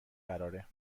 قراره